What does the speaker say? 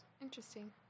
Interesting